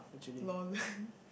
lol